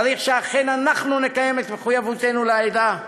צריך שאכן אנחנו נקיים את מחויבויותינו לעדה,